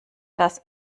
das